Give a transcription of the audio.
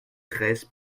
treize